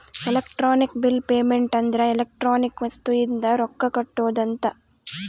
electronic bill payment ಅಂದ್ರ electronic ವಸ್ತು ಇಂದ ರೊಕ್ಕ ಕಟ್ಟೋದ ಅಂತ